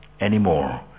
anymore